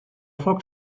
foc